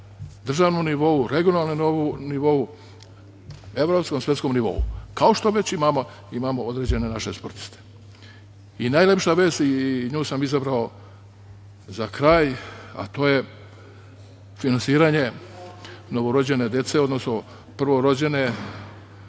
državnom nivou, regionalnom nivou, evropskom i svetskom nivou, kao što već imamo, imamo određene naše sportiste.I najlepša vest i nju sam izabrao za kraj, a to je finansiranje novorođene dece, odnosno prvorođene,